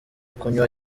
kunywa